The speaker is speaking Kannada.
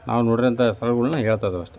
ನಾವು ನೋಡಿರುವಂಥ ಸ್ಥಳಗಳನ್ನ ಹೇಳ್ತಾಯಿದ್ದೇವೆ ಅಷ್ಟೆ